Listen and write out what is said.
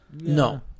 No